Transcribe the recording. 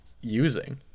using